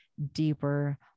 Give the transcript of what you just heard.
deeper